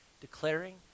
declaring